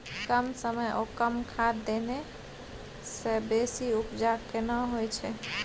कम समय ओ कम खाद देने से बेसी उपजा केना होय छै?